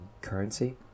currency